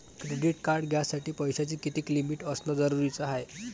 Credit card घ्यासाठी पैशाची कितीक लिमिट असनं जरुरीच हाय?